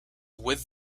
with